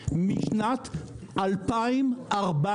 הטבעית משנת 2014,